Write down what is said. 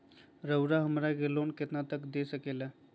रउरा हमरा के लोन कितना तक का दे सकेला?